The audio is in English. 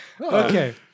Okay